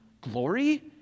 glory